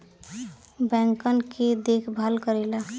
बैंकन के देखभाल करेला